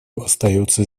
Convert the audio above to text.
остается